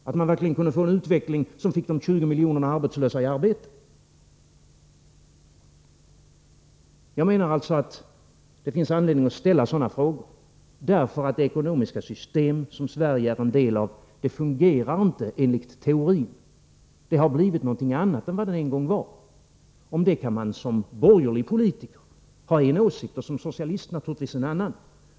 Kanske skulle det i så fall bli en utveckling som fick de 20 miljonerna arbetslösa i arbete. Jag menar alltså att det finns anledning att ställa sådana frågor, därför att det ekonomiska system som Sverige är en del av inte fungerar enligt teorin. Det har blivit något annat än vad det en gång var. Om detta kan man som borgerlig politiker ha en åsikt och som socialist naturligtvis en annan.